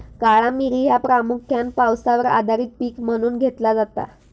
काळा मिरी ह्या प्रामुख्यान पावसावर आधारित पीक म्हणून घेतला जाता